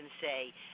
say